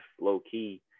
low-key